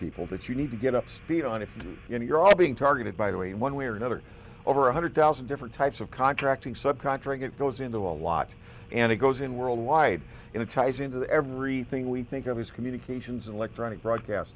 people that you need to get up speed on if you're all being targeted by the way in one way or another over one hundred thousand different types of contracting subcontract it goes into a lot and it goes in worldwide and it ties into everything we think of these communications and electronic broadcast